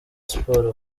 sports